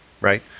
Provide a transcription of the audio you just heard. right